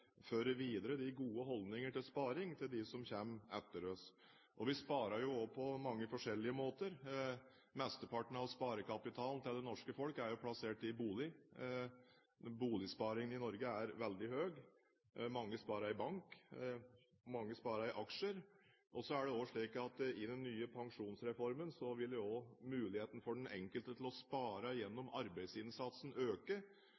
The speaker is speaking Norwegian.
videre gode holdninger til sparing til dem som kommer etter oss. Vi sparer jo også på mange forskjellige måter. Mesteparten av sparekapitalen til det norske folk er plassert i bolig. Boligsparingen i Norge er veldig høy. Mange sparer i bank, mange sparer i aksjer. I den nye pensjonsreformen vil også muligheten for den enkelte til å spare